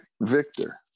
victor